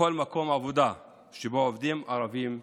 בכל מקום עבודה שבו עובדים ערבים ויהודים.